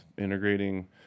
integrating